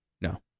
no